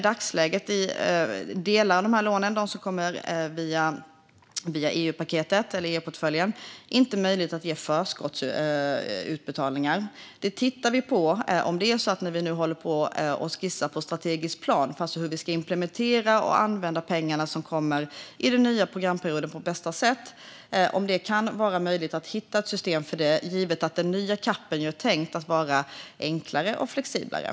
Det går inte att göra förskottsutbetalningar av de lån som finns i EU-portföljen, men vi tittar på om det är möjligt att hitta ett system för det givet att den nya CAP:en är tänkt att vara enklare och flexiblare.